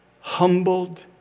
humbled